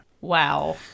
Wow